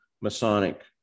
Masonic